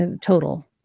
total